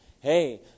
hey